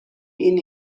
این